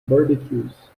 barbecues